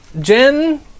Jen